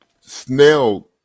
snail